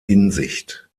hinsicht